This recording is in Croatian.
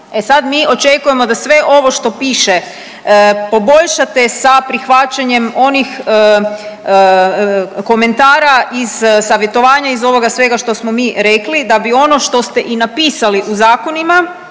E sad mi očekujemo da sve ovo što piše poboljšate sa prihvaćanjem onih komentara iz savjetovanja, iz ovoga svega što smo mi rekli, da bi ono što ste i napisali u zakonima